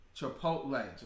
Chipotle